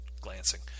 glancing